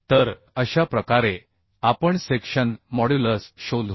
तर अशा प्रकारे आपण सेक्शन मॉड्युलस शोधू